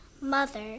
mother